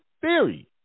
theory